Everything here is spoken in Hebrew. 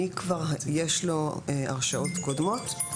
מי כבר יש לו הרשעות קודמות?